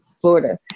Florida